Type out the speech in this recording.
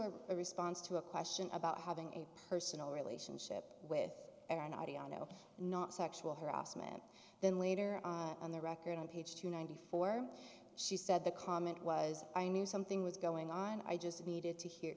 her response to a question about having a personal relationship with or an id on no not sexual harassment then later on the record on page two ninety four she said the comment was i knew something was going on i just needed to